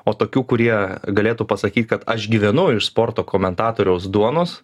o tokių kurie galėtų pasakyt kad aš gyvenu iš sporto komentatoriaus duonos